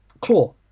claw